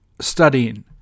studying